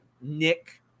Nick